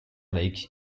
lake